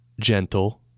gentle